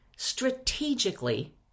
strategically